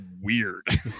weird